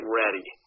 ready